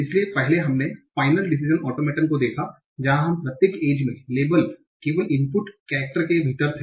इसलिए पहले हमने फाइनल डीसीजन आटोमेटोन को देखा जहां हम प्रत्येक एज मे लेबल केवल इनपुट कैरक्टर के भीतर थे